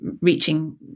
reaching